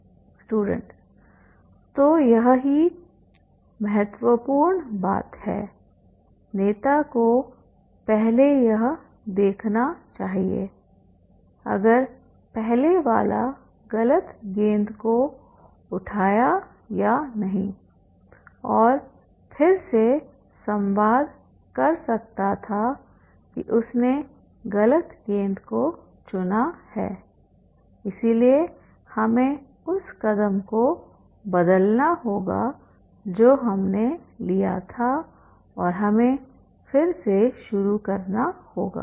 student तो यह बहुत ही महत्वपूर्ण बात है नेता को पहले यह देखना चाहिए अगर पहले वाला गलत गेंद को उठाया या नहींऔर वह फिर से संवाद कर सकता था कि उसने गलत गेंद को चुना है है इसलिए हमें उस कदम को बदलना होगा जो हमने लिया था और हमें फिर से शुरू करना होगा